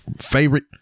favorite